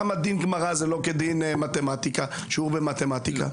למה דין גמרא זה לא כדין שיעור במתמטיקה?